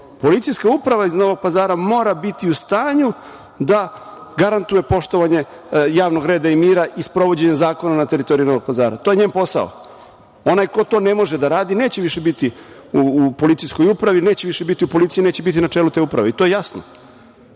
Policijska uprava iz Novog Pazara mora biti u stanju da garantuje poštovanje javnog reda i mira i sprovođenje zakona na teritoriji Novog Pazara, to je njen posao. Onaj ko to ne može da radi neće više biti u Policijskoj upravi, neće više biti u policiji, neće biti na čelu te uprave i to je